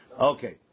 Okay